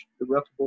irreparable